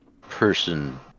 person